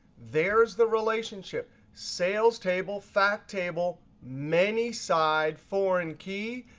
there's the relationship sales table, fact table, many side, foreign key.